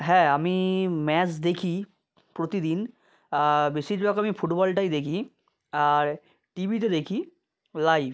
হ্যাঁ আমি ম্যাচ দেখি প্রতিদিন বেশির রকমই ফুটবলটাই দেখি আর টিভিতে দেখি লাইভ